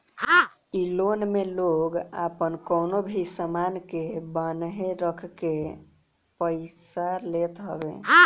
इ लोन में लोग आपन कवनो भी सामान के बान्हे रखके पईसा लेत हवे